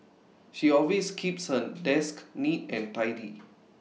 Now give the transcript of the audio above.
she always keeps her desk neat and tidy